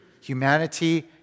humanity